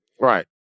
Right